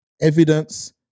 evidence